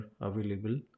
available